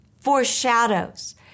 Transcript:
foreshadows